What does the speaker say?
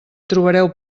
trobareu